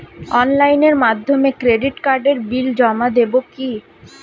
অনলাইনের মাধ্যমে ক্রেডিট কার্ডের বিল জমা দেবো কি?